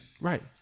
Right